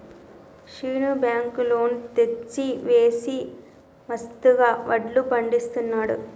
Seenu bank loan తెచ్చి వేసి మస్తుగా వడ్లు పండిస్తున్నాడు